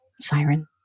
siren